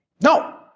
No